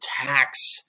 tax